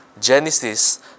Genesis